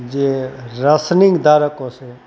જે રાશનિંગ ધારકો છે